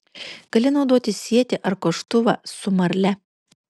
gali naudoti sietį ar koštuvą su marle